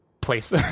place